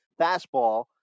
fastball